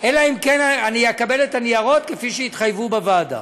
אלא אם כן אני אקבל את הניירות כפי שהתחייבו בוועדה.